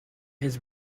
his